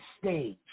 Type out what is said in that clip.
stage